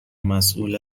مسئول